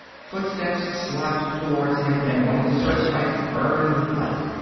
footsteps slapped towards him and one of the searchlights burned with light.